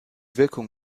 wirkung